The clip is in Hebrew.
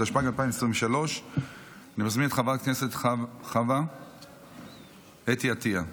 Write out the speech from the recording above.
התשפ"ג 2023. אני מזמין את חברת הכנסת חוה אתי עטייה.